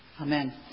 Amen